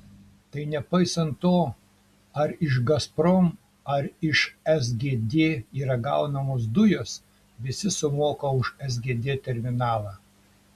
tai nepaisant to ar iš gazprom ar iš sgd yra gaunamos dujos visi sumoka už sgd terminalą